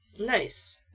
nice